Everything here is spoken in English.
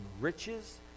riches